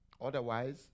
Otherwise